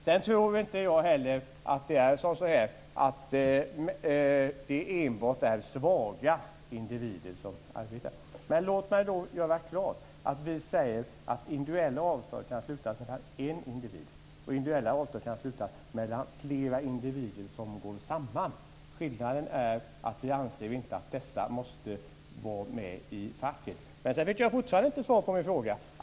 Sedan tror jag inte att det enbart är svaga individer som arbetar. Låt mig göra klart att vi säger att individuella avtal kan slutas med en individ. De kan också slutas mellan flera individer som går samman. Skillnaden är att vi inte anser att dessa måste vara med i facket. Jag fick fortfarande inte svar på min fråga.